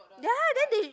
ya then they spread they